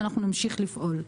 ואנחנו נמשיך לפעול.